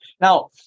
Now